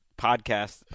podcast